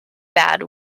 bad